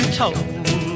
told